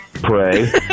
Pray